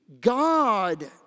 God